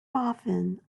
often